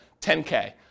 10K